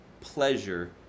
pleasure